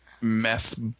meth